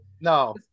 No